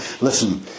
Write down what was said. Listen